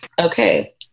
Okay